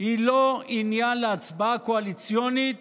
היא לא עניין להצבעה קואליציונית